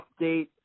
update